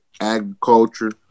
agriculture